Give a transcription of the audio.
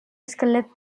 esquelet